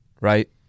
right